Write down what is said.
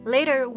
Later